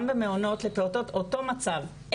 גם במעונות לפעוטות אנחנו באותו המצב,